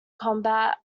combat